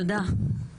תודה.